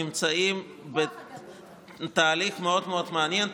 נמצאים בתהליך מאוד מעניין,